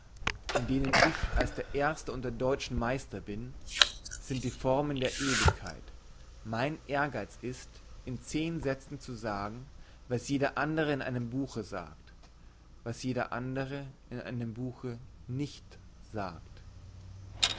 in denen ich als der erste unter deutschen meister bin sind die formen der ewigkeit mein ehrgeiz ist in zehn sätzen zu sagen was jeder andre in einem buche sagt was jeder andre in einem buche nicht sagt